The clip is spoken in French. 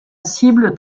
cible